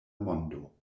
mondo